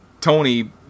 Tony